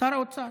שר האוצר.